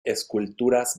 esculturas